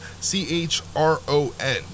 C-H-R-O-N